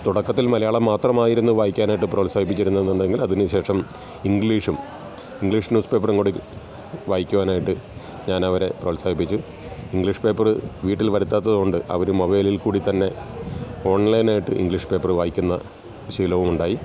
തുടക്കത്തിൽ മലയാളം മാത്രമായിരുന്നു വായിക്കാനായിട്ട് പ്രോത്സാഹിപ്പിച്ചിരുന്നത് എന്നുണ്ടെങ്കിൽ അതിനുശേഷം ഇംഗ്ലീഷും ഇംഗ്ലീഷ് ന്യൂസ് പേപ്പറും കൂടി വായിക്കുവാനായിട്ട് ഞാനവരെ പ്രോത്സാഹിപ്പിച്ചു ഇംഗ്ലീഷ് പേപ്പറ് വീട്ടിൽ വരുത്താത്തതുകൊണ്ട് അവർ മൊബൈലിൽ കൂടി തന്നെ ഓൺലൈൻ ആയിട്ട് ഇംഗ്ലീഷ് പേപ്പറ് വായിക്കുന്ന ശീലവുമുണ്ടായി